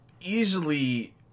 easily